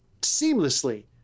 seamlessly